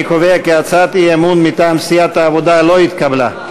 אני קובע כי הצעת האי-אמון מטעם סיעת העבודה לא התקבלה.